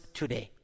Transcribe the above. today